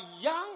young